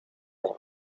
the